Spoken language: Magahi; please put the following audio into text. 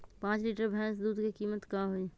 पाँच लीटर भेस दूध के कीमत का होई?